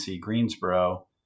Greensboro